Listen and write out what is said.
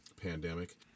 pandemic